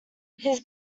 his